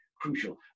crucial